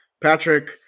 Patrick